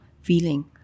feeling